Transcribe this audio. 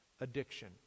addiction